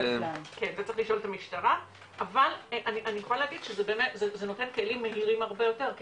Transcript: אבל אני יכולה להגיד שזה נותן כלים מהירים הרבה יותר כי